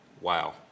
Wow